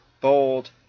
bold